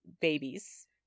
babies